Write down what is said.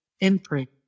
imprint